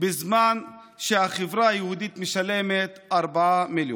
בזמן שהחברה הישראלית משלמת 4 מיליון.